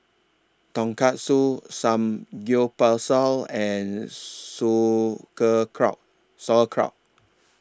Tonkatsu Samgyeopsal and Sauerkraut